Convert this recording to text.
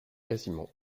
quasiment